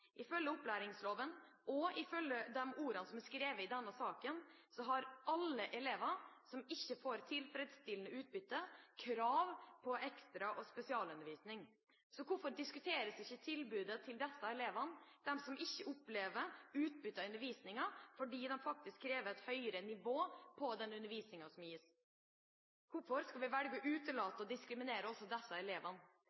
Ifølge opplæringsloven og ifølge de ordene som er skrevet i denne saken, har alle elever som ikke får tilfredsstillende utbytte, krav på ekstra- og spesialundervisning. Hvorfor diskuteres ikke tilbudet til disse elevene, de som ikke opplever utbytte av undervisningen fordi de faktisk krever et høyere nivå på den undervisningen som gis? Hvorfor skal vi velge å